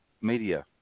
media